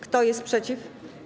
Kto jest przeciw?